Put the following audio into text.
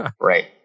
Right